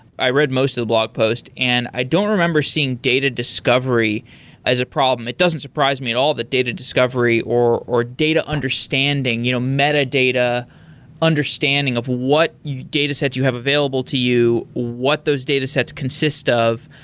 i read most of the blog post, and i don't remember seeing data discovery as a problem. it doesn't surprise me at all that data discovery or or data understanding, you know metadata understanding of what datasets you have available to you, what those datasets consist of.